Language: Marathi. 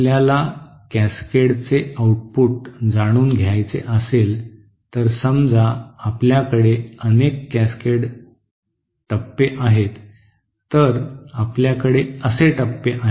आपल्याला कॅसकेडेडचे आउटपुट जाणून घ्यायचे असेल तर समजा आपल्याकडे अनेक कॅसकेडेड टप्पे आहेत तर आपल्याकडे असे टप्पे आहेत